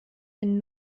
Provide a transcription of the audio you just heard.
den